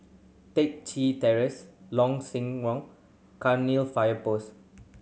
Teck Chye Terrace Long Sinaran Cairnill Fire Post